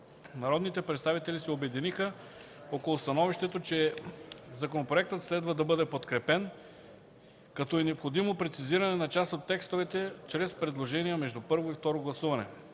Народните представители се обединиха около становището, че законопроектът следва да бъде подкрепен, като е необходимо прецизиране на част от текстовете чрез предложение между първо и второ гласуване.